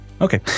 okay